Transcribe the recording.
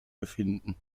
befinden